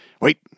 Wait